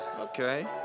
Okay